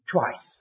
Twice